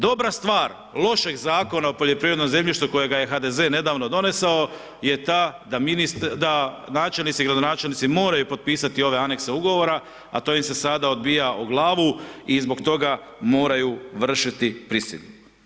Dobra stvar lošeg Zakona o poljoprivrednom zemljištu kojega je HDZ nedavno donesao je ta da načelnici i gradonačelnici moraju potpisati ove anekse ugovora a to im se sada odbija o glavu i zbog toga moraju vršiti prisilu.